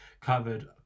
covered